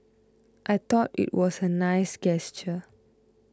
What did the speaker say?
I thought it was a nice gesture